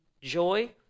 joy